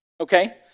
okay